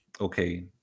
okay